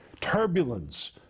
turbulence